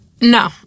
No